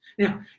Now